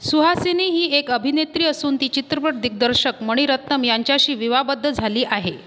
सुहासिनी ही एक अभिनेत्री असून ती चित्रपट दिग्दर्शक मणिरत्नम यांच्याशी विवाहबद्ध झाली आहे